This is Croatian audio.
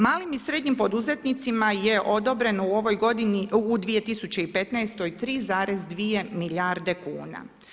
Malim i srednjim poduzetnicima je odobreno u ovoj godini, u 2015. 3,2 milijarde kuna.